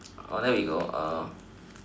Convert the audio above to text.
then we will go